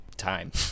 Time